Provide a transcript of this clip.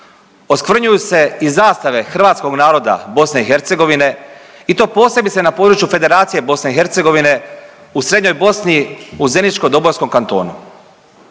oskvrnjuju se i zastave hrvatskog naroda BiH i to posebice na području Federacije BiH u srednjoj Bosni, u Zeničko-dobojskom kantonu.